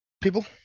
people